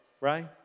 right